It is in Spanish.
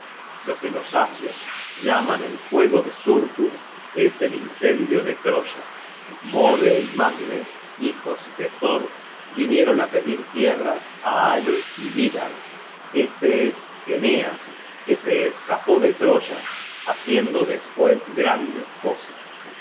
lo que los asios llaman el fuego de surtur es el incendio de troya mode y magne hijos de thor vinieron á pedir tierras á ale y vidarr este es eneas que se escapó de troya haciendo despues grandes cosas